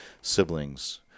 siblings